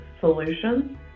solutions